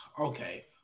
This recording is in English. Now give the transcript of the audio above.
okay